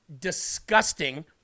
disgusting